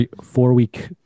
Four-week